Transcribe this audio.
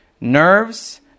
nerves